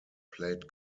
played